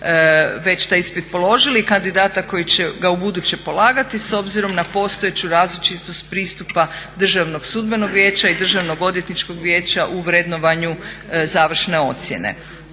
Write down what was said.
već taj ispit položili i kandidata koji će ga ubuduće polagati s obzirom na postojeću različitost pristupa Državnog sudbenog vijeća i Državnog odvjetničkog vijeća u vrednovanju završne ocjene.